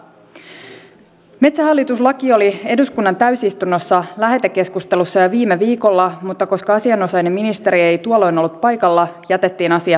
metsähallitus laki oli eduskunnan täysistunnossa lähetekeskustelussa jo viime viikolla mutta koska asianosainen ministeri ei tuolloin ollut paikalla jätettiin asia pöydälle